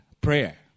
prayer